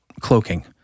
cloaking